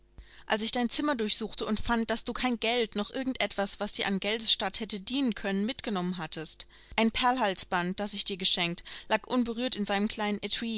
als ich dein zimmer durchsuchte und fand daß du kein geld noch irgend etwas das dir an geldesstatt hätte dienen können mitgenommen hattest ein perlhalsband das ich dir geschenkt lag unberührt in seinem kleinen